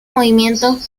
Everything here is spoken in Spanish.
movimientos